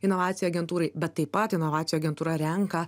inovacijų agentūrai bet taip pat inovacijų agentūra renka